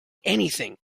anything